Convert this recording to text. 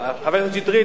חבר הכנסת שטרית,